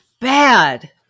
bad